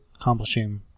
accomplishing